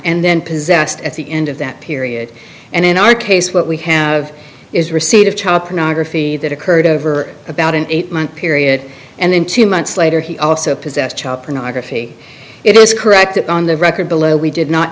and then possessed at the end of that period and in our case what we have is receipt of child pornography that occurred over about an eight month period and then two months later he also possessed child pornography it is correct on the record below we did not